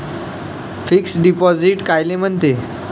Fix deposit कायले म्हनते?